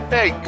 Hey